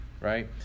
right